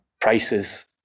prices